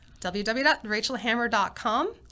www.rachelhammer.com